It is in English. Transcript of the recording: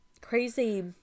crazy